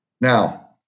Now